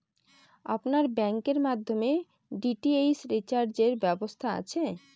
আপনার ব্যাংকের মাধ্যমে ডি.টি.এইচ রিচার্জের ব্যবস্থা আছে?